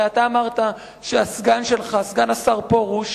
הרי אתה אמרת שהסגן שלך, סגן השר פרוש,